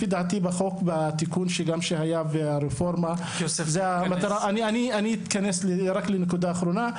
לפי דעתי בתיקון לחוק וגם ברפורמה אני אתכנס לנקודה אחרונה,